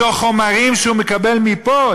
מתוך חומרים שהוא מקבל מפה.